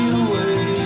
away